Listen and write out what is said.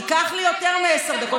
ייקח לי יותר מעשר דקות.